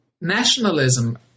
nationalism